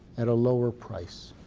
at a lower price.